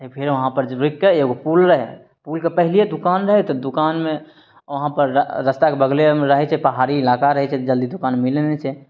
फेर वहाँपर रुकिकऽ एगो पुल रहय पुलके पहिलये दोकान रहय तऽ दोकानमे वहाँपर रस्ताके बगलेमे रहय छै पहाड़ी इलाका रहय छै तऽ जल्दी दोकान मिलय नहि छै